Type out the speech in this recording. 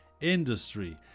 industry